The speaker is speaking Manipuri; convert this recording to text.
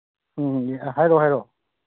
ꯎꯝ ꯑꯥ ꯍꯥꯏꯔꯛꯑꯣ ꯍꯥꯏꯔꯛꯑꯣ